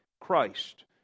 Christ